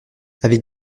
avec